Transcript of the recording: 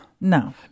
No